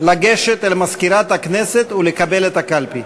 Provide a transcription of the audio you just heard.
לגשת אל מזכירת הכנסת ולקבל את הקלפי.